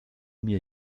mir